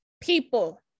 people